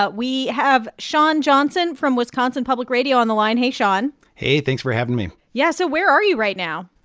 but we have shawn johnson from wisconsin public radio on the line hey, shawn hey. thanks for having me yeah, so where are you right now?